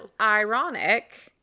ironic